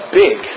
big